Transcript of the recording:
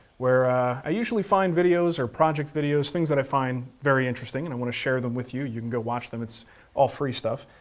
where i usually find videos or project videos things that i find very interesting and i want to share them with you. you can go watch them, it's all free stuff.